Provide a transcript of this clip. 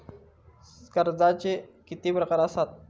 कर्जाचे किती प्रकार असात?